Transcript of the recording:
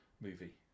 movie